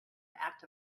act